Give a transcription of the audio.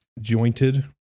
Jointed